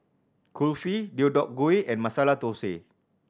Kulfi Deodeok Gui and Masala Dosa